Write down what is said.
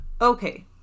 Okay